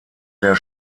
der